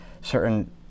certain